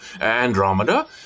Andromeda